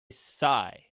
sigh